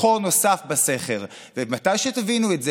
של קבוצת סיעת יש עתיד-תל"ם אחרי סעיף 1 לא